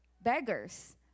beggars